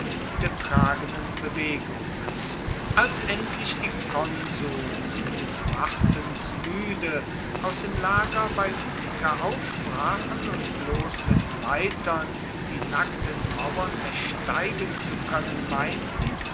getragenen bewegung als endlich die konsuln des wartens müde aus dem lager bei utica aufbrachen und bloß mit leitern die nackten mauern ersteigen zu können meinten